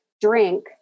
drink